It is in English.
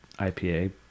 IPA